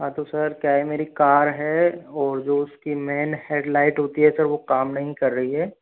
हाँ तो सर क्या है मेरी कार है और जो उसकी मैन हेड लाइट होती है सर वो काम नहीं कर रही है